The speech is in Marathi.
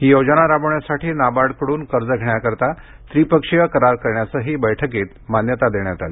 ही योजना राबविण्यासाठी नाबार्डकडून कर्ज घेण्याकरिता त्रिपक्षीय करार करण्यासही बैठकीत मान्यता देण्यात आली